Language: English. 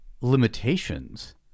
limitations